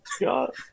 god